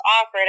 offered